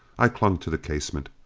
i clung to the casement.